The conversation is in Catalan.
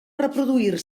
reproduir